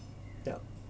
yup